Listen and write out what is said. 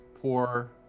poor